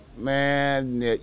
man